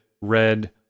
red